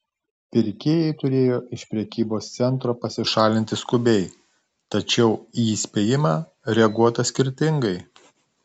pirkėjai turėjo iš prekybos centro pasišalinti skubiai tačiau į įspėjimą reaguota skirtingai